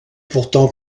pourtant